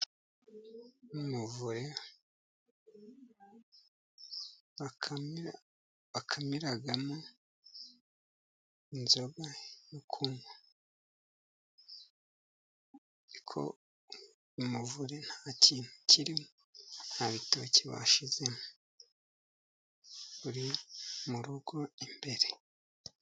Ni umuvure bakamiramo inzoga yo kunywa. Umuvure nta kintu kirimo, nta bitoki bashyizemo, uri mu rugo imbere.